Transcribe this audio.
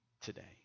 today